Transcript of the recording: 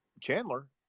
Chandler